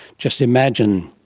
just imagine!